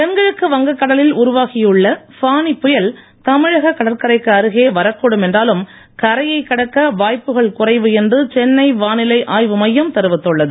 தென்கிழக்கு வங்க கடலில் உருவாகியுள்ள ஃபானி புயல் தமிழக கடற்கரைக்கு அருகே வரக்கூடும் என்றாலும் கரையை கடக்க வாய்ப்புகள் குறைவு என்று சென்னை வானிலை ஆய்வு மையம் தெரிவித்துள்ளது